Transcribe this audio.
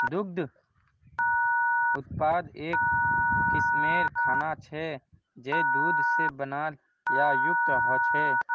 दुग्ध उत्पाद एक किस्मेर खाना छे जये दूध से बनाल या युक्त ह छे